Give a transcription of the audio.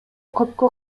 көпкө